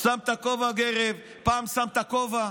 שם כובע גרב, פעם שם כובע.